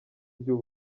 by’u